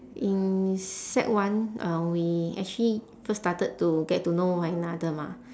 in sec one uh we actually first started to get to know one another mah